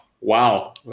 wow